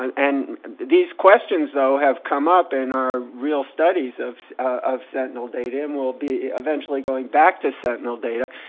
and and these questions though have come up in our real studies of of sentinel data, and will be eventually going back to sentinel data,